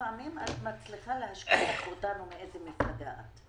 לפעמים את מצליחה לגרום לנו לשכוח מאיזו מפלגה את.